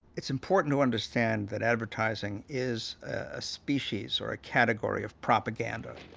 it's important to understand that advertising is a species or a category of propaganda.